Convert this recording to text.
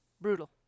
brutal